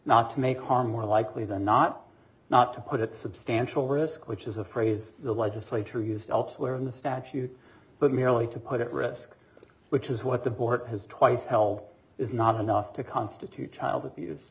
not to make harm more likely than not not to put at substantial risk which is a phrase the legislature used elsewhere in the statute but merely to put at risk which is what the board has twice help is not enough to constitute child abuse